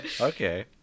Okay